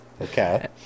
okay